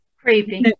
creepy